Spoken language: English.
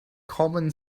common